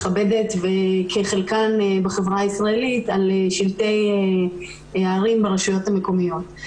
מכבדת כחלקן בחברה הישראלית על שלטי הרחובות ברשויות המקומיות.